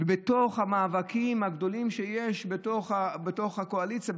בתוך המאבקים הגדולים שיש בתוך הקואליציה,